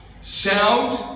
sound